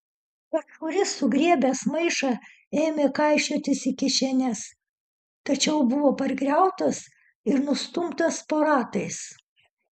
kažkuris sugriebęs maišą ėmė kaišiotis į kišenes tačiau buvo pargriautas ir nustumtas po ratais